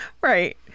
Right